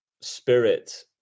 spirit